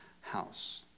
house